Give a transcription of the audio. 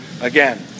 again